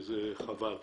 וזה חבל.